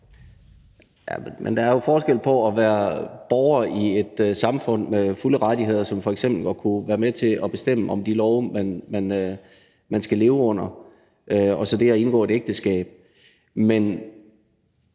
er jo forskel på at være borger i et samfund med fulde rettigheder som f.eks. at kunne være med til at bestemme om de love, man skal leve under, og så det at indgå et ægteskab.